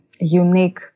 unique